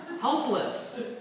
Helpless